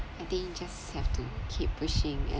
I think just have to keep pushing and